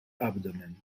abdomen